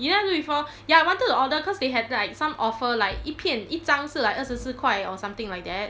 you never do before ya I wanted to order cause they had like some offer like 一篇一张是 like 二十四块 or something like that